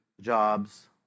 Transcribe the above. jobs